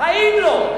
בחיים לא.